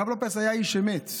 הרב לופס היה איש אמת,